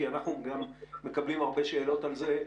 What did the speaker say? כי אנחנו גם מקבלים הרבה שאלות על זה,